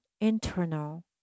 internal